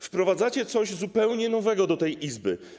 Wprowadzacie coś zupełnie nowego w tej Izbie.